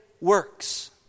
works